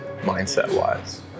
mindset-wise